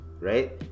right